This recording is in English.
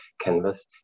canvas